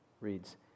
reads